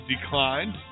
declined